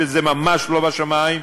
שזה ממש לא בשמים,